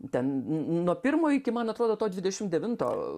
ten nuo pirmo iki man atrodo to dvidešim devinto